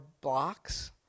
blocks